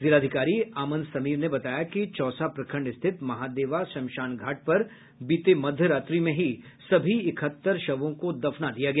जिलाधिकारी अमन समीर ने बताया कि चौसा प्रखंड स्थित महादेवा श्मशान घाट पर बीते मध्य रात्रि में ही सभी इकहत्तर शवों को दफना दिया गया